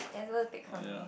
you're supposed to take from me